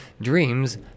Dream's